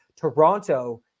Toronto